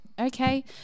okay